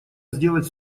сделать